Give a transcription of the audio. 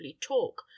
talk